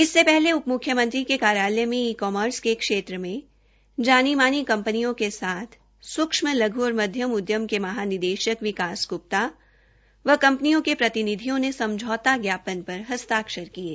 इससे पूर्व उपम्ख्यमंत्री के कार्यालय में ई कॉमर्स के क्षेत्र में जानी मानी कंपनियों के साथ सूक्ष्म लघ् और मध्यम उद्यम के महानिदेशक श्री विकास ग्प्ता व कंपनियों के प्रतिनिधियों ने समझौता ज्ञापन पर हस्ताक्षर किये